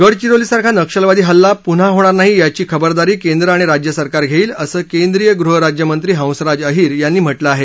गडचिरोलीसारखा नक्षलवादी हल्ला पुन्हा होणार नाही याची खबरदारी केंद्र आणि राज्य सरकार घेईल असं केंद्रीय गृहराज्य मंत्री हंसराज अहीर यांनी म्हटलं आहे